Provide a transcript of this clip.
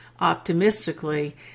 optimistically